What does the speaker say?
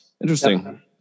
Interesting